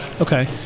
Okay